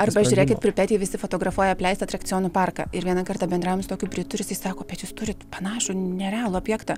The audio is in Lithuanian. arba žiūrėkit pripetėj visi fotografuoja apleistą atrakcionų parką ir vieną kartą bendravom su tokiu pri turistai sako bet jūs turit panašų nerealų objektą